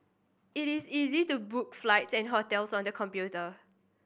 it is easy to book flights and hotels on the computer